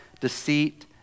deceit